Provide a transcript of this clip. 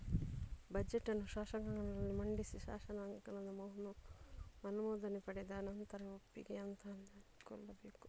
budget ಅನ್ನು ಶಾಸಕಾಂಗದಲ್ಲಿ ಮಂಡಿಸಿ ಶಾಸಕಾಂಗದ ಅನುಮೋದನೆ ಪಡೆದ ನಂತರವೇ ಒಪ್ಪಿಗೆ ಅಂತ ಅಂದ್ಕೋಬೇಕು